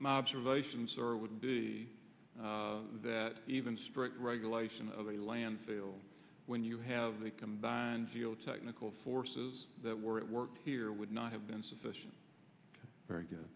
my observations are would be that even stricter regulation of a landfill when you have the combined seal technical forces that were at work here would not have been sufficient very good